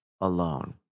alone